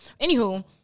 Anywho